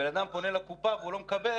הבן אדם פונה לקופה והוא לא מקבל.